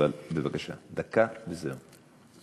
אבל בבקשה, דקה וזהו.